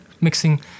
mixing